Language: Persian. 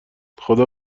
خدا